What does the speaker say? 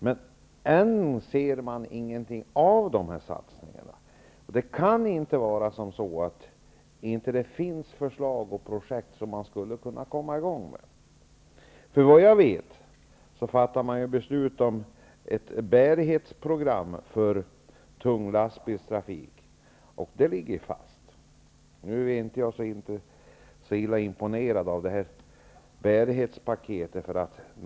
Men man ser ingenting av dessa satsningar ännu. Det kan inte vara så att det inte finns förslag och projekt som man skulle kunna komma i gång med. Vad jag vet fattar man beslut om ett bärighetsprogram för tung lastbilstrafik. Det ligger fast. Nu är jag inte så imponerad av detta bärighetspaket.